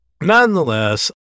Nonetheless